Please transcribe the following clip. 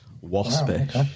Waspish